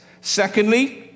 secondly